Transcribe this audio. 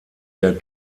der